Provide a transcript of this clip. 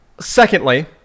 Secondly